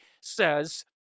says